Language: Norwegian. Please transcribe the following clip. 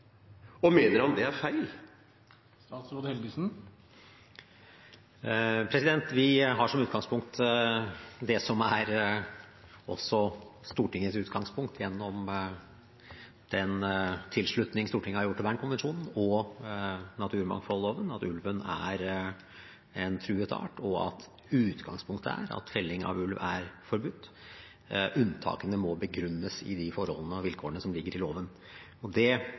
Og mener han det er feil? Vi har som utgangspunkt det som er også Stortingets utgangspunkt gjennom den tilslutning Stortinget har gjort til Bernkonvensjonen og naturmangfoldloven, at ulven er en truet art, og at utgangspunktet er at felling av ulv er forbudt. Unntakene må begrunnes i de forholdene og vilkårene som ligger i loven. Det er det